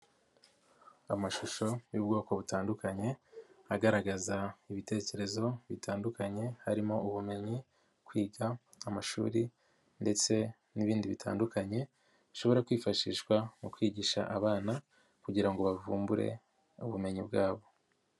Amashusho y'ubwoko butandukanye agaragaza ibitekerezo bitandukanye harimo ubumenyi kwiga amashuri ndetse n'ibindi bitandukanye bishobora kwifashishwa mu kwigisha abana kugira ngo bavumbure ubumenyi bwabo.